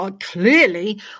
clearly